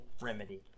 remedy